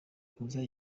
kuza